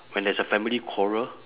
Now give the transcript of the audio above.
when there's a family quarrel